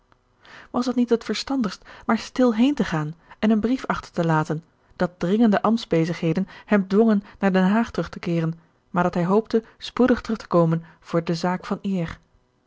was het niet het verstandigst maar stil heen te gaan en een brief achter te laten dat dringende ambtsbezigheden hem dwongen naar den haag terug te keeren maar dat hij hoopte spoedig terug te komen voor de zaak van eer